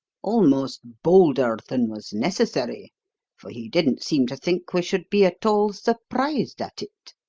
almost bolder than was necessary for he didn't seem to think we should be at all surprised at it.